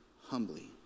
humbly